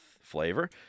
flavor